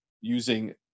using